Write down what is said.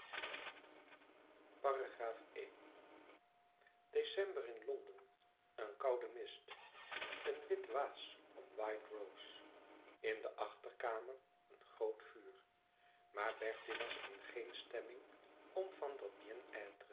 i december in londen een koude mist een wit waas om white rose in de achterkamer een groot vuur maar bertie was in geen stemming om van dat